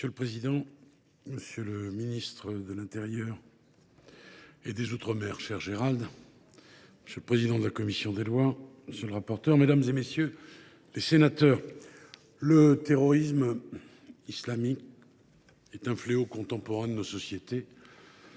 Monsieur le président, monsieur le ministre de l’intérieur et des outre mer, monsieur le président de la commission des lois, monsieur le rapporteur, mesdames, messieurs les sénateurs, le terrorisme islamique est un fléau contemporain des sociétés